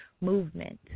movement